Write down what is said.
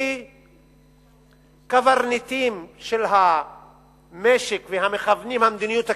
כי הקברניטים של המשק והמכוונים של המדיניות הכלכלית,